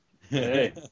Hey